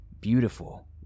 Beautiful